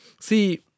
see